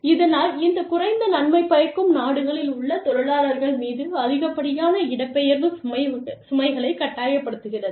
இதனால் இந்த குறைந்த நன்மை பயக்கும் நாடுகளில் உள்ள தொழிலாளர்கள் மீது அதிகப்படியான இடப்பெயர்வு சுமைகளைக் கட்டாயப்படுத்துகிறது